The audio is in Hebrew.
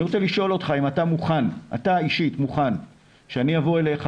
אני רוצה לשאול אם אתה אישית מוכן שאני אבוא אליך